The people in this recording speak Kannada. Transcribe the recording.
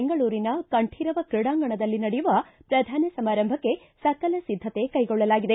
ಬೆಂಗಳೂರಿನ ಕಂಠೀರವ ಕ್ರೀಡಾಗಂಣದಲ್ಲಿ ನಡೆಯುವ ಪ್ರಧಾನ ಸಮಾರಂಭಕ್ಕೆ ಸಕಲ ಸಿದ್ದತೆ ಕೈಗೊಳ್ಳಲಾಗಿದೆ